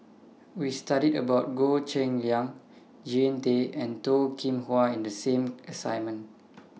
We studied about Goh Cheng Liang Jean Tay and Toh Kim Hwa in The same assignment